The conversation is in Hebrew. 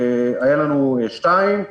היה לנו 2,